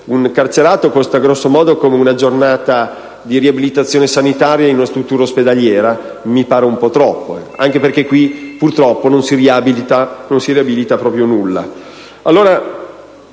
Un carcerato costa grosso modo come una giornata di riabilitazione sanitaria in una struttura ospedaliera. Mi pare un po' troppo, anche perché qui, purtroppo, non si riabilita proprio nulla.